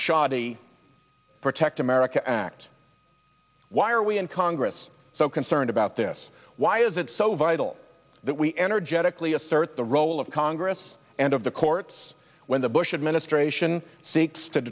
shoddy protect america act why are we in congress so concerned about this why is it so vital that we energetically assert the role of congress and of the courts when the bush administration s